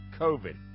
COVID